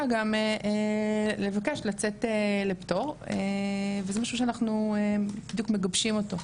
גם לבקש לצאת לפטור וזה משהו שאנחנו בדיוק מגבשים אותו.